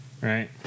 right